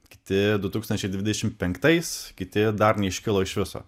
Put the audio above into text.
kiti du tūkstančiai dvidešimt penktais kiti dar neiškilo iš viso